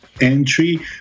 entry